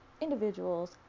individuals